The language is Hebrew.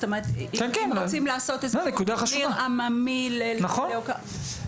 אם רוצים לעשות איזשהו טורניר עממי להוקרה --- נכון.